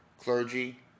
clergy